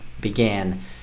began